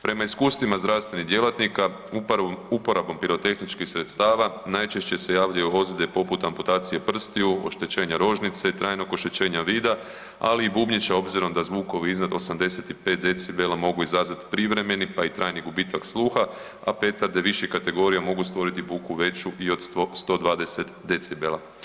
Prema iskustvima zdravstvenih djelatnika uporabom pirotehničkih sredstava najčešće se javljaju ozljede poput amputacije prstiju, oštećenja rožnice, trajnog oštećenja vida, ali i bubnjića obzirom da zvukovi iznad 85 decibela mogu izazvat privremeni, pa i trajni gubitak sluha, a petarde viših kategorija mogu stvoriti buku veću i od 120 decibela.